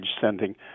sending